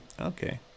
okay